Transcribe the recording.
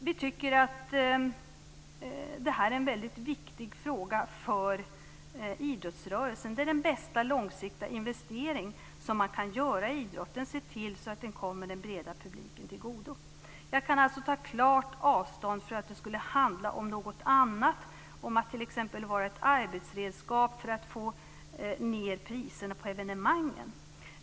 Vi tycker att detta är en mycket viktig fråga för idrottsrörelsen. Den bästa långsiktiga investering som man kan göra i idrotten är att se till att den kommer den breda publiken till godo. Jag kan alltså ta klart avstånd ifrån att det skulle handla om något annat, t.ex. att det skulle vara ett arbetsredskap för att få ned priserna på evenemangen.